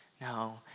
No